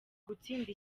gutsinda